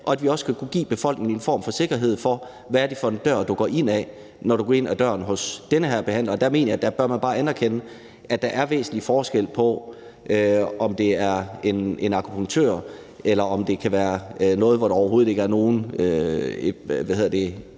og at vi også skal kunne give befolkningen en form for sikkerhed for, hvad det er for en dør, man går ind ad, når man går ind ad døren hos en behandler. Der mener jeg, at man bør anerkende, at der er væsentlig forskel på, om det er en akupunktør, eller om det er til en behandling, hvor der overhovedet ikke er nogen evidens for